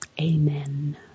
Amen